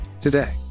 today